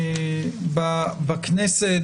בכנסת.